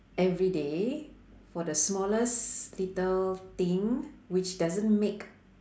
everyday for the smallest little thing which doesn't make